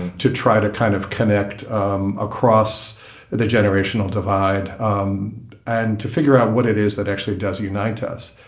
to try to kind of connect um across the generational divide um and to figure out what it is that actually does unite us.